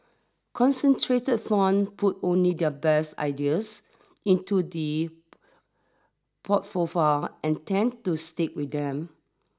concentrated fund put only their best ideas into the and tend to stick with them